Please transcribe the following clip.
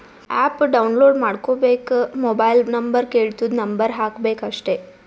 app download ಮಾಡ್ಕೋಬೇಕ್ mobile number ಕೆಳ್ತುದ್ number ಹಾಕಬೇಕ ಅಷ್ಟೇ